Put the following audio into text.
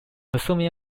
assuming